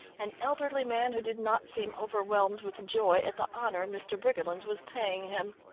an elderly man who did not seem overwhelmed with joy at the honour mr. briggerland was paying him.